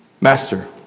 Master